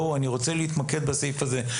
אני רוצה להתמקד בסעיף הזה.